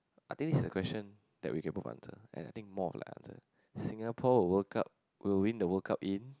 I think this is a question that we can both answer and I think more like an answer Singapore will World Cup will win the World Cup in